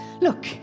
Look